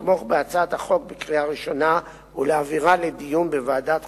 לתמוך בהצעת החוק בקריאה ראשונה ולהעבירה לדיון בוועדת החוקה,